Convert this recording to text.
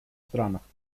странах